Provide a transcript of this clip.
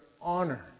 honor